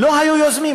לא יזמו,